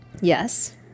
Yes